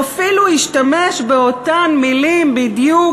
הוא אפילו השתמש באותן מילים בדיוק.